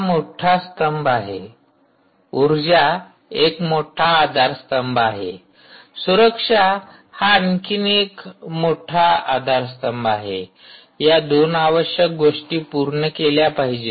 हा मोठा स्तंभ आहे ऊर्जा एक मोठा आधारस्तंभ आहे सुरक्षा हा आणखी एक मोठा आधारस्तंभ आहे या दोन आवश्यक गोष्टी पूर्ण केल्या पाहिजेत